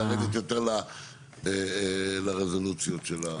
אבל לרדת יותר לרזולוציות המעשיות.